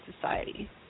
society